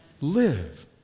Live